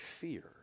fear